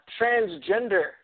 Transgender